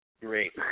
Great